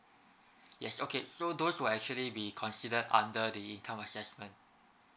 yes okay so those will actually be considered under income assessment